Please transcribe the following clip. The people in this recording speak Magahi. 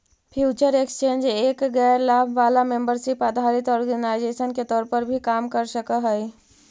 फ्यूचर एक्सचेंज एक गैर लाभ वाला मेंबरशिप आधारित ऑर्गेनाइजेशन के तौर पर भी काम कर सकऽ हइ